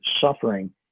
suffering